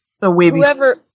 Whoever